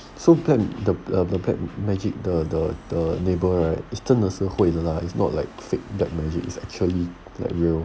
so black the the black magic the the the neighbour right 是真的是会的 lah it's not like fake black magic it's actually like real